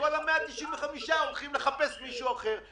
וכל ה-195 הולכים לחפש מישהו אחר.